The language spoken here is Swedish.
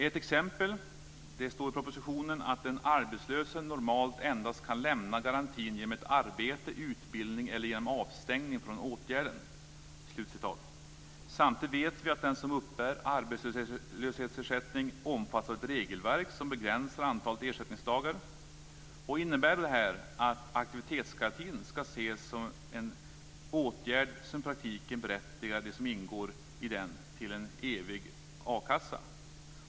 Ett exempel är att det står i propositionen att den arbetslöse normalt endast kan lämna garantin genom ett arbete, genom utbildning eller genom avstängning från åtgärder. Samtidigt vet vi att den som uppbär arbetslöshetsersättning omfattas av ett regelverk som begränsar antalet ersättningsdagar. Innebär det här att aktivitetsgarantin ska ses som en åtgärd som i praktiken berättigar dem som ingår i den till evig a-kassa?